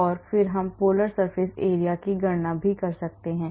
और फिर हम polar surface area की गणना भी कर सकते हैं